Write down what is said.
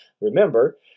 Remember